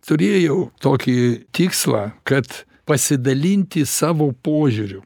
turėjau tokį tikslą kad pasidalinti savo požiūriu